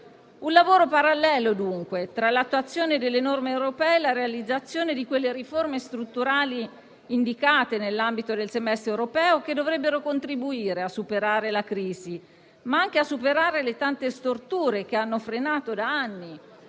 un lavoro parallelo tra l'attuazione delle norme europee e la realizzazione delle riforme strutturali indicate nell'ambito del semestre europeo, che dovrebbero contribuire a superare la crisi, ma anche le tante storture che hanno frenato da anni